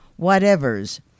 whatevers